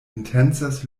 intencas